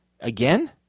Again